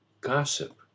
gossip